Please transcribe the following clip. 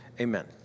amen